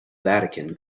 vatican